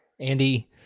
Andy